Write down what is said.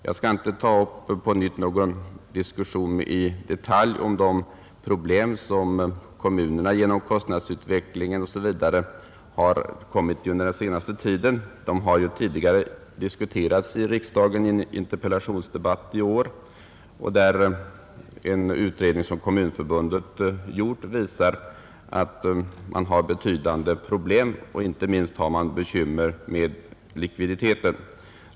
Jag skall inte ta upp någon ny diskussion i detalj om de svårigheter som kommunerna genom kostnadsutvecklingen osv. har fått under den senaste tiden; de har ju tidigare i år diskuterats i riksdagen i en interpellationsdebatt. En utredning som Kommunförbundet gjort visar emellertid att man har betydande problem; inte minst har man bekymmer med likviditeten.